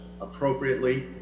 appropriately